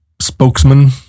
spokesman